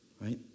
right